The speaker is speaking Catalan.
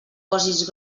posis